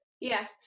Yes